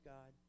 God